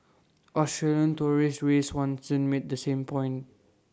Australian tourist ray Swanson made the same point